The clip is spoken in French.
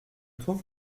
trouve